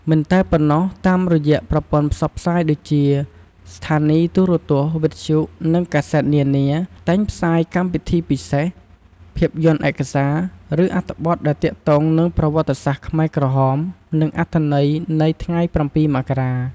មិនតែប៉ុណ្ណោះតាមរយៈប្រព័ន្ធផ្សព្វផ្សាយដូចជា ស្ថានីយ៍ទូរទស្សន៍ វិទ្យុ និងកាសែតនានា តែងផ្សាយកម្មវិធីពិសេស ភាពយន្តឯកសារ ឬអត្ថបទដែលទាក់ទងនឹងប្រវត្តិសាស្ត្រខ្មែរក្រហម និងអត្ថន័យនៃថ្ងៃ៧ មករា។